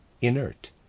inert